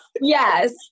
yes